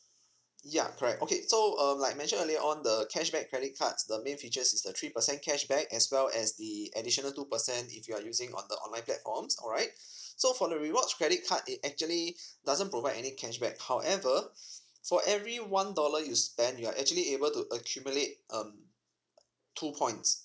ya correct okay so um like I mentioned earlier on the cashback credit cards the main features is the three percent cashback as well as the additional two percent if you're using on the online platforms alright so for the rewards credit card it actually doesn't provide any cashback however for every one dollar you spend you're actually able to accumulate um two points